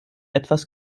etwas